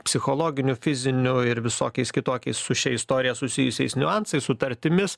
psichologiniu fiziniu ir visokiais kitokiais su šia istorija susijusiais niuansais sutartimis